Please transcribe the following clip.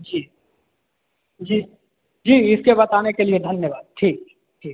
जी जी जी इसके बताने के लिए धन्यवाद ठीक ठीक